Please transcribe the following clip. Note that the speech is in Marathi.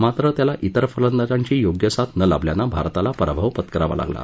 मात्र त्याला विर फलंदाजांची योग्य साथ न लाभल्यानं भारताला पराभव पत्करावा लागला